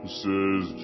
says